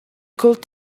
could